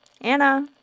Anna